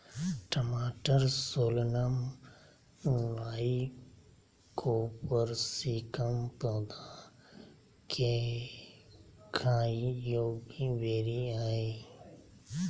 टमाटरसोलनम लाइकोपर्सिकम पौधा केखाययोग्यबेरीहइ